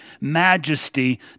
majesty